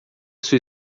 sua